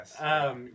Yes